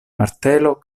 martelo